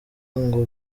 ngo